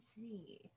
see